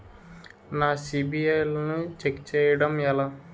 నా సిబిఐఎల్ ని ఛెక్ చేయడం ఎలా?